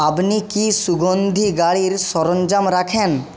আপনি কি সুগন্ধি গাড়ির সরঞ্জাম রাখেন